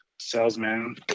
salesman